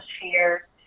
atmosphere